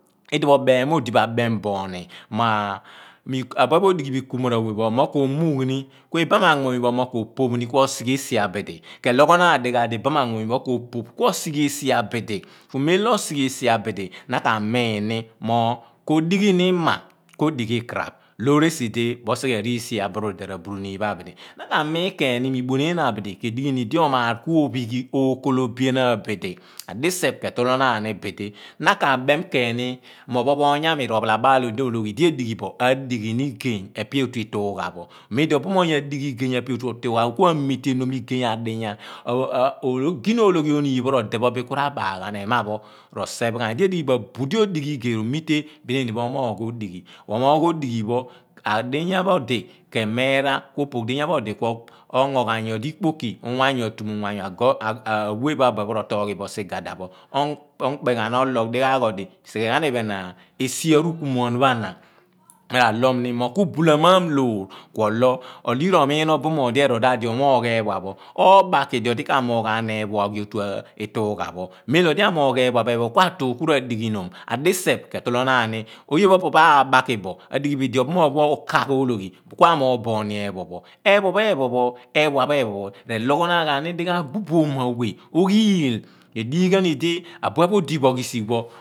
Idipho obem mo odi bo abem booni mo abuphe pho odighibo ikumoor awẹ pho ko muụghuun kuibaam anmuny pho ko-poogh ni ku osi ghe esi abidi kelogho naan dighaagh di ibaam amunypho ko sighe esi abidi. Ku mem lọ ọsighe esi abidi na ka miin ni mọ ko dighi ni ima ko dighi ikaạraph loọr esi di mosighe riisi aburudeh r'abauruniin pho abidi na ka miini kieen mo idueneen abidi kedigh iini idi omaar kuo phighi kuok olo bianaan bidi diseph ke toolo naan ni bidi na ka beem keeni mo opo pho oony ami r'opha labaal-ologhi, die edighibo adighi ni igey epẹ otu ituugha pho. Mem di obum oony adighi igey epe otuu ituugha pho kua mi teenom ḏigey aḏiyaa, or ogina ologhi ooniin pho r'odeh pho biin ku ra baal ghan ema pho roseph ghaani. Idi edighi bo, dudi odighi igey romite biin eeni mo moogh odighi, omoogh odighi pho eeni adiyaah pho di ke meerah kuo poohj diyaa pho odi kuongo ghan nyo di ikpoki uwaya atuumuwayu a wẹ pho a buphe pho roo tooghi bo sighe a sighada pho kuo okpe ghan oloogh dighaagh odi. Sighe ghan iphen esi a rukuumuuan phọ ana mi ra loom ni mo kubulamaam loor, kuọlọ yira omiin obumoony di erool daạ di o moogh ephua pho oobaki dio di ka moogh ghaani eephuạ oghiani otua ituugha pho meem eliọo di a moogh ephua phe phen pho kua tuugh ku radighi nom adiseph ke tolonaan ni oye pho opo pho aabakibo, udi ghi bo idi obuumoony pho ukaagh ologhi kua moogh booni ephua pho. Ephua pho ephen pho, eeghua pho ephen pho r'elogho naan ghani dighaagh bu boom awe. Oghiil redighighan idi abuen pho odi bo risigh pho.